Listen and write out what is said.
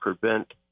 prevent